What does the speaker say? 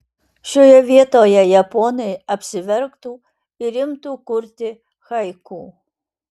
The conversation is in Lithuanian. šioje vietoje japonai apsiverktų ir imtų kurti haiku